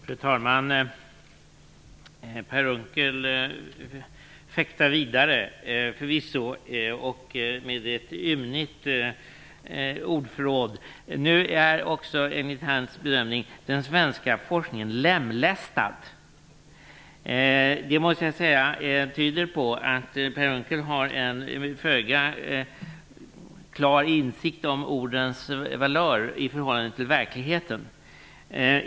Fru talman! Per Unckel fäktar förvisso vidare med ett ymnigt ordförråd. Nu är också enligt hans bedömning den svenska forskningen "lemlästad". Jag måste säga att det tyder på att Per Unckel har föga insikt om ordens valör i förhållande till verkligheten.